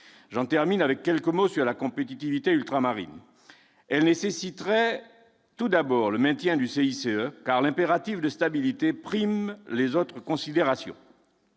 j'en termine avec quelques mots sur la compétitivité ultramarine elle nécessiterait tout d'abord le maintien du CICE car l'impératif de stabilité prime les autres considérations,